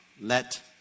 Let